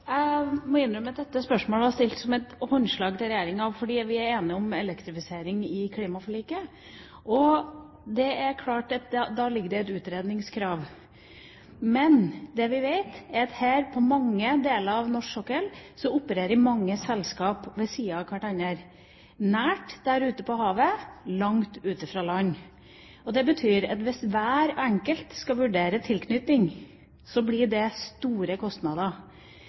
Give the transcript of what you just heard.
regjeringa, fordi vi er enige om elektrifisering i klimaforliket. Det er klart at da ligger det et utredningskrav. Men det vi vet, er at på mange deler av norsk sokkel opererer mange selskaper ved siden av hverandre, nært der ute på havet, langt ute fra land. Og det betyr at hvis hver enkelt skal vurdere tilknytning, blir det store kostnader.